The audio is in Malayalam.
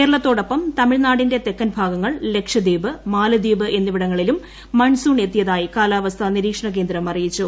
കേരളത്തോടൊപ്പം തമിഴ്നാടിന്റെ തെക്കൻ ഭാഗങ്ങൾ ലക്ഷദ്വീപ് മാലദ്വീപ് എന്നിവിടങ്ങളിലും മൺസൂൺ എത്തിയതായി കാലാവസ്ഥാ നിരീക്ഷണ കേന്ദ്രം അറിയിച്ചു